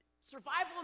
survival